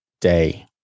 day